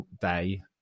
day